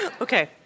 Okay